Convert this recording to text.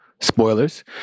spoilers